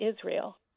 Israel